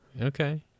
Okay